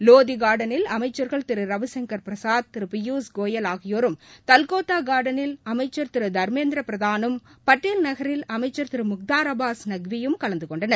லோதிகாா்டனில் அமைச்சா்கள் திருரவிசங்கள் பிரசாத் திருபியூஷ் கோயல் ஆகியோரும் தல்கோத்தாகா்டனில் அமைச்சா் திருதர்மேந்திரபிரதானும் படேல் நகரில் அமைச்சா் திருமுக்தார் அபாஸ் நக்வி யும் கலந்துகொண்டனர்